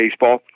Baseball